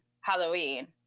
Halloween